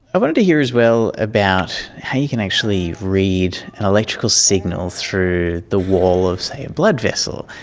i wanted to hear as well about how you can actually read an electrical signal through the wall of, say, a blood vessel.